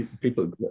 People